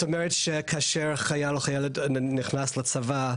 את אומרת שכאשר חייל או חיילת נכנס לצבא,